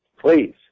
Please